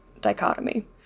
dichotomy